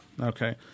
Okay